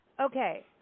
Okay